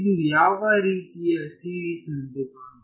ಇದು ಯಾವ ರೀತಿಯ ಸೀರೀಸ್ ನಂತೆ ಕಾಣುತ್ತದೆ